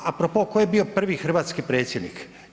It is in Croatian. A a pro po tko je bio prvi hrvatski predsjednik?